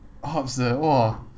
ups eh !wah!